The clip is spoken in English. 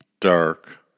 dark